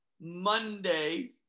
Monday